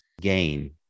gain